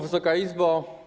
Wysoka Izbo!